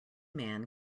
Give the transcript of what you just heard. man